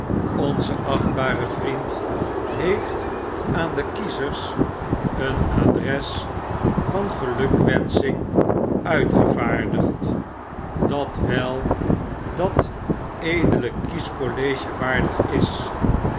onze achtbare vriend heeft aan de kiezers een adres van gelukwensching uitgevaardigd dat wel dat edele kiescollege waardig is